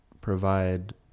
provide